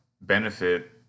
benefit